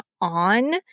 on